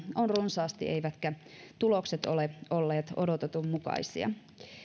on runsaasti eivätkä tulokset ole olleet odotetun mukaisia